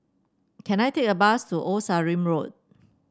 can I take a bus to Old Sarum Road